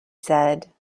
said